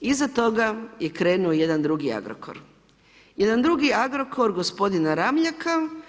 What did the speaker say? Iza toga je krenuo jedan drugi Agrokor, jedan drugi Agrokor gospodina Ramljaka.